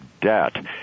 debt